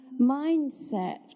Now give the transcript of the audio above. mindset